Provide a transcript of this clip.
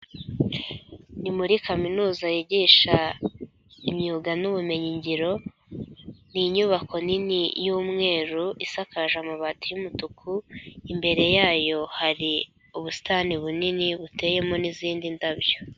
Ni muri kaminuza yigisha imyuga n'ubumenyingiro. Ni inyubako nini y'umweru isakaje amabati y'umutuku. Imbere yayo hari ubusitani bunini buteyemo n'izindi ndabyo.